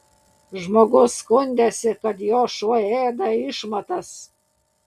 žmogus skundėsi kad jo šuo ėda išmatas